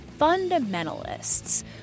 fundamentalists